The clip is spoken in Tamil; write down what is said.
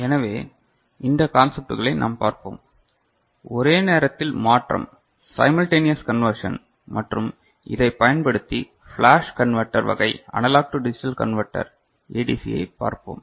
எனவே இந்த கான்செப்ட்டுகளை நாம் பார்ப்போம் ஒரே நேரத்தில் மாற்றம் சைமல்டெனியஸ் கன்வெர்சன் மற்றும் இதை பயன்படுத்தி பிளாஷ் கன்வெர்டர் வகை அனலாக் டு டிஜிட்டல் கன்வெர்டர் ஏடிசியை பார்ப்போம்